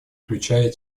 включая